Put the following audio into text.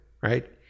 right